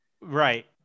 Right